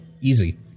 Easy